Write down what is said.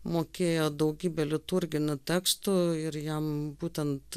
mokėjo daugybę liturginių tekstų ir jam būtent